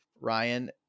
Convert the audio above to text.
Ryan